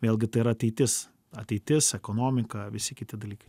vėlgi tai yra ateitis ateitis ekonomika visi kiti dalykai